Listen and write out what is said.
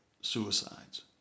suicides